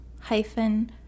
hyphen